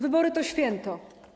Wybory to święto.